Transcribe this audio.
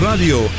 Radio